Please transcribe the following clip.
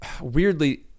weirdly